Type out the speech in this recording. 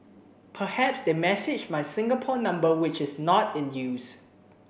perhaps they messaged my Singapore number which is not in use